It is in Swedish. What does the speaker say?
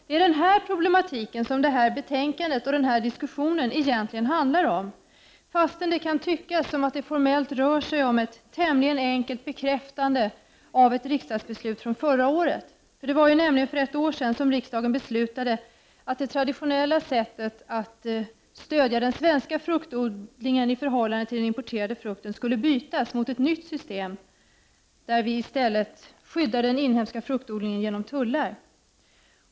Det är den här problematiken som detta betänkande och denna diskussion egentligen handlar om, fastän det kan tyckas som om det formellt rör sig om ett tämligen enkelt bekräftande av ett riksdagsbeslut från förra året. Det var nämligen för ett år sedan som riksdagen beslutade att det traditionella sättet att stödja den svenska fruktodlingen i förhållande till den importerade frukten skulle bytas mot ett nytt system, där den inhemska fruktodlingen i stället skyddas genom tullar.